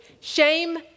shame